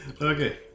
Okay